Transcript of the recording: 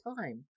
time